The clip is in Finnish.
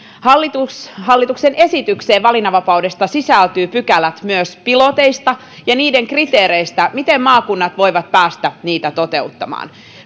hallituksen esitykseen valinnanvapaudesta sisältyy pykälät myös piloteista ja niistä kriteereistä miten maakunnat voivat päästä niitä toteuttamaan